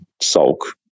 sulk